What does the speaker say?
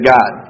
God